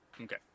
Okay